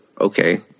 okay